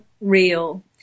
real